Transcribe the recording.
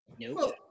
Nope